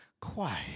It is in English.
quiet